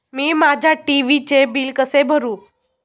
मी माझ्या टी.व्ही चे बिल कसे भरू?